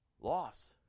loss